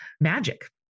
magic